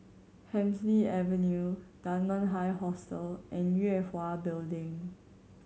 Hemsley Avenue Dunman High Hostel and Yue Hwa Building